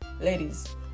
ladies